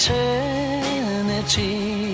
Eternity